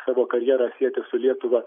savo karjerą sieti su lietuva